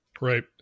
Right